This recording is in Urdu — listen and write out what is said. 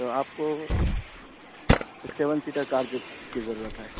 تو آپ کو ایک سیون سیٹر کار جو کی ضرورت ہے